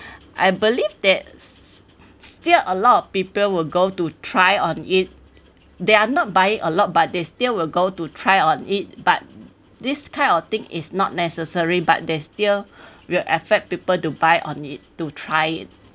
I believe that still a lot of people will go to try on it they are not buying a lot but they still will go to try on it but this kind of thing is not necessary but there still will affect people to buy on it to try it